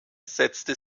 setzte